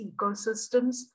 ecosystems